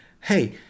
hey